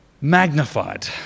magnified